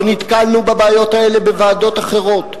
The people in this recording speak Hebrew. לא נתקלנו בבעיות האלה בוועדות אחרות.